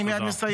אני מייד מסיים.